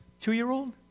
two-year-old